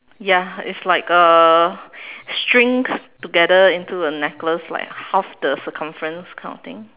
ya it's like a string together into a necklace like half the circumference kind of thing